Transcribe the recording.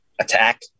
attack